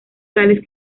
sales